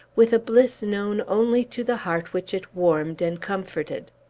with a bliss known only to the heart which it warmed and comforted.